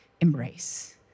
embrace